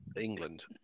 England